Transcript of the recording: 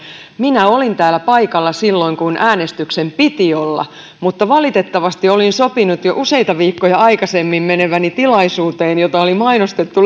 minä olin täällä paikalla silloin kun äänestyksen piti olla mutta valitettavasti olin sopinut jo useita viikkoja aikaisemmin meneväni tilaisuuteen jota oli mainostettu